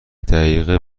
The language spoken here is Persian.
دقیقه